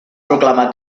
proclamar